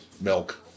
milk